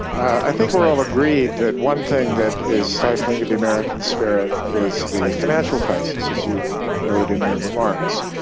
i think we're all agreed that one thing that is stifling to the american spirit is the financial crisis, as you noted in your remarks.